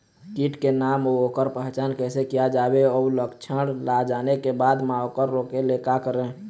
कीट के नाम अउ ओकर पहचान कैसे किया जावे अउ लक्षण ला जाने के बाद मा ओकर रोके ले का करें?